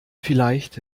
vielleicht